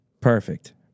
Perfect